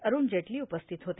अरूण जेटली उपस्थित होते